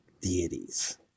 deities